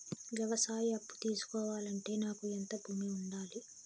వ్యవసాయ అప్పు తీసుకోవాలంటే నాకు ఎంత భూమి ఉండాలి?